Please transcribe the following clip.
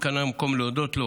וכאן המקום להודות לו